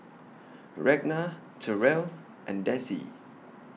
Ragna Terell and Dessie